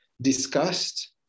discussed